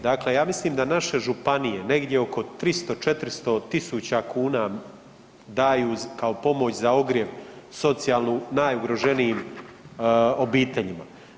Dakle, ja mislim da naše županije negdje oko 300-400.000 kuna daju kao pomoć za ogrjev socijalno najugroženijim obiteljima.